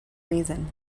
reason